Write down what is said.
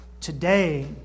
today